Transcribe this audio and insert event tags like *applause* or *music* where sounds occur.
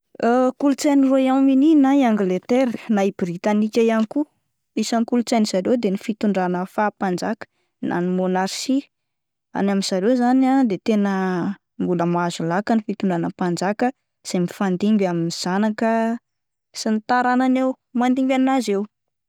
*hesitation* Kolotsain'i Royaume-Uni na i Angletera na i Britanika ihany koa, isan'ny kolotsain'ny zareo de ny fitondrana faha mpanjaka na ny monarchie, any amin'ny zareo izany ah de tena mbola mahazo laka ny fitondrana mpanjaka izay mifandimby amin'ny zanaka sy ny taranany eo mandimby an'azy eo.